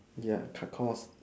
ya cut cost